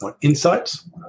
insights